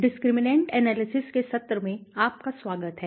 discriminant analysis के सत्र में आपका स्वागत है